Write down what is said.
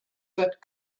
that